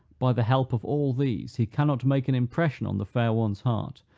by the help of all these, he cannot make an impression on the fair one's heart,